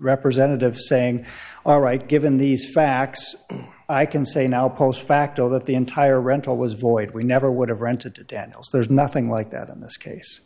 representative saying all right given these facts i can say now post facto that the entire rental was void we never would have rented to daniels there's nothing like that in this case